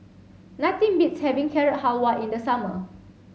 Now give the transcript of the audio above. nothing beats having Carrot Halwa in the summer